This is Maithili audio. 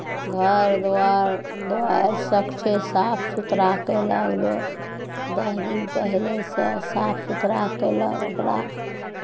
घर दुआरि दुआरि सभठे साफ सुथरा कयलक लोक दस दिन पहिलेसँ साफ सुथरा कयलक ओकरा